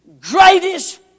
greatest